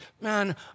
man